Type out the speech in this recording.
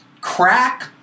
crack